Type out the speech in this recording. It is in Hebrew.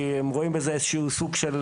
כי הם רואים בזה איזשהו סוג של